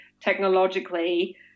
technologically